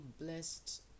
blessed